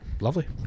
lovely